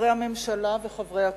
חברי הממשלה וחברי הכנסת,